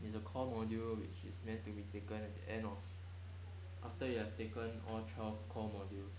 is a core module which is meant to be taken at the end of after you have taken all twelve core modules